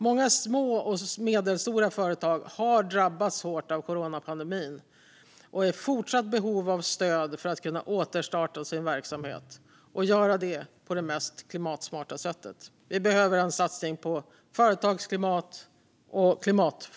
Många små och medelstora företag har drabbats hårt av coronapandemin och är i fortsatt behov av stöd för att kunna återstarta sin verksamhet på det mest klimatsmarta sättet. Vi behöver en satsning på företagsklimat och klimatföretagande.